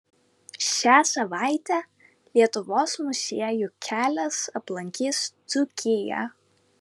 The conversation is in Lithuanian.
šią savaitę lietuvos muziejų kelias aplankys dzūkiją